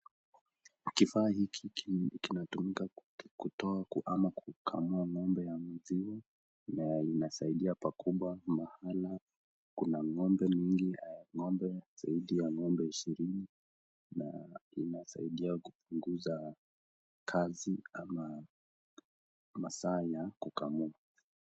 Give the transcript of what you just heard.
Kifaa hiki kinatumika kutoa ama kukamua ng'ombe ya maziwa na inasaidia pakubwa maana kuna ng'ombe mingi ng'ombe zaidi ya ng'ombe ishirini na inasidia kupungiza kazi ama masaa ya kukamua.